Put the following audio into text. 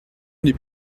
n’est